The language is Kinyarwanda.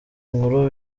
nkuru